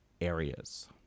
areas